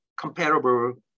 comparable